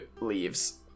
leaves